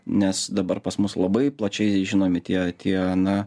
nes dabar pas mus labai plačiai žinomi tie tie na